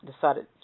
decided